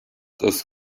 das